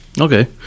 Okay